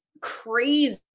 crazy